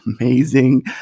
amazing